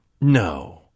No